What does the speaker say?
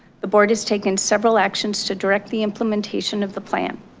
the board has taken several actions to direct the implementation of the plan.